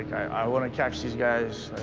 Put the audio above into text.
i want to catch these guys,